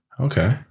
Okay